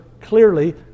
clearly